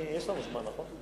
יש לנו זמן, נכון?